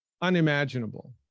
unimaginable